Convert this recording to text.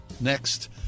Next